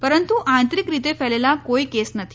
પરંતુ આંતરીક રીતે ફેલેલા કોઇ કેસ નથી